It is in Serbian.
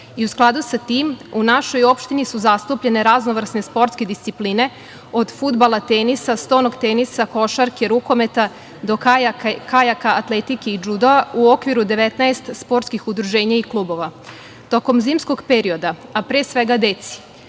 i u skladu sa tim u našoj opštini su zastupljene raznovrsne sportske discipline od fudbala, tenisa, stonog tenisa, košarke, rukometa, do kajaka, atletike i džudoa u okviru 19 sportskih udruženja i klubova. Tokom zimskog perioda, a pre svega deci